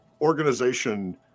organization